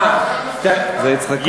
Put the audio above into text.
מה, זה יצחק כהן.